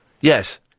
Yes